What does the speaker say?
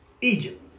Egypt